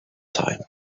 time